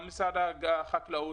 גם משרד החקלאות,